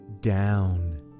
DOWN